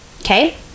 okay